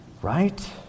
Right